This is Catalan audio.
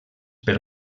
per